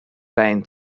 reihen